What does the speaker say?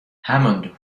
hammond